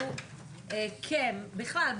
ובכלל,